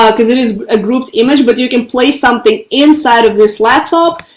ah because it is a grouped image, but you can place something inside of this laptop,